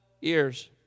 years